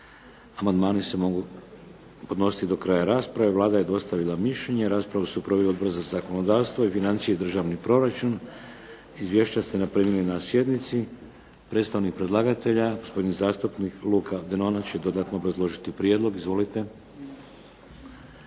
Amandmani se mogu podnositi do kraja rasprave. Vlada je dostavila mišljenje. Raspravu su proveli Odbor za zakonodavstvo, financije i državni proračun. Izvješća ste primili na sjednici. Predstavnik predlagatelja, gospodin zastupnik Luka Denona će dodatno obrazložiti prijedlog. Izvolite.